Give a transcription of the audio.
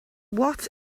what